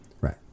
right